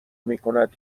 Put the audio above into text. میکند